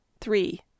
three